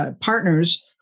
partners